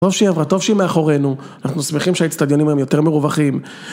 טוב שהיא עברה, טוב שהיא מאחורינו, אנחנו שמחים שהאצטדיונים היום יותר מרווחים.